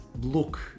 look